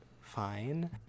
fine